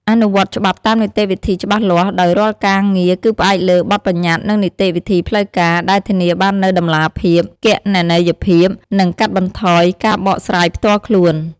អនុវត្តច្បាប់តាមនីតិវិធីច្បាស់លាស់ ដោយរាល់ការងារគឺផ្អែកលើ បទប្បញ្ញត្តិ និងនីតិវិធីផ្លូវការ ដែលធានាបាននូវតម្លាភាព គណនេយ្យភាព និងកាត់បន្ថយការបកស្រាយផ្ទាល់ខ្លួន។